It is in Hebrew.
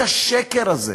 את השקר הזה